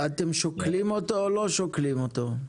אתם שוקלים אותו או לא שוקלים אותו?